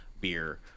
beer